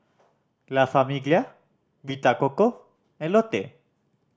La Famiglia Vita Coco and Lotte